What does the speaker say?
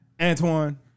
Antoine